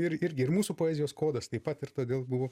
ir irgi ir mūsų poezijos kodas taip pat ir todėl buvo